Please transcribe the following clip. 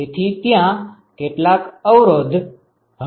તેથી ત્યાં કેટલા અવરોધ હશે